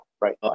right